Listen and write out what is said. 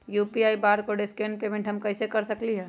UPI barcode scan payment हम कईसे कर सकली ह?